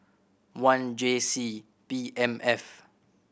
one J C P M F